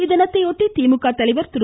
இத்தினத்தையொட்டி திமுக தலைவர் திரு